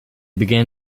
began